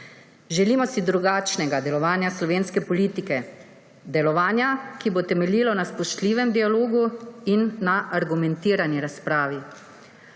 Želimo si drugačnega delovanja slovenske politike, delovanja, ki bo temeljijo na spoštljivem dialogu in na argumentirani razpravi.